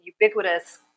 ubiquitous